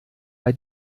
bei